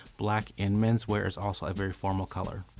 black in menswear is also a very formal color.